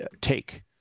take